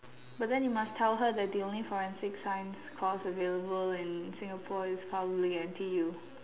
but then you must tell her that the only forensic science cause available in Singapore is probably N_T_U